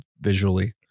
visually